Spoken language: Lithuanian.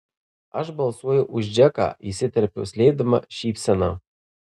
aš balsuoju už džeką įsiterpiu slėpdama šypseną